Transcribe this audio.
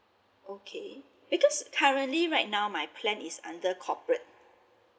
okay because currently right now my plan is under corporate